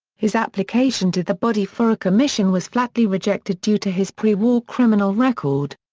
his application to that body for a commission was flatly rejected due to his pre-war criminal record.